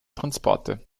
transporte